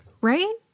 right